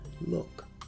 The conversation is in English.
look